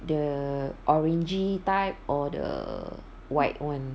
the orangey type or the white one